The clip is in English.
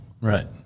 Right